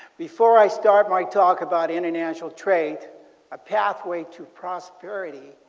before i start my talk about international trade a pathway to pros sparity,